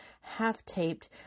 half-taped